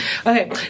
Okay